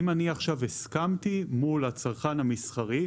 אני עכשיו הסכמתי מול הצרכן המסחרי,